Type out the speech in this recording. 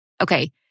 okay